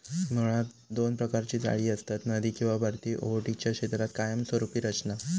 मुळात दोन प्रकारची जाळी असतत, नदी किंवा भरती ओहोटीच्या क्षेत्रात कायमस्वरूपी रचना